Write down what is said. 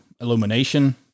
illumination